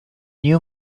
new